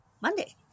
Monday